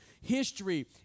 history